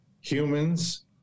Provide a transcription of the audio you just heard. Humans